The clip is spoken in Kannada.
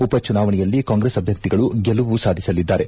ಉಪ ಚುನಾವಣೆಯಲ್ಲಿ ಕಾಂಗ್ರೆಸ್ ಅಭ್ಯರ್ಥಿಗಳು ಗೆಲುವು ಸಾಧಿಸಲಿದ್ದಾರೆ